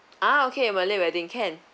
ah okay malay wedding can